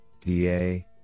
DA